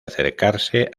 acercarse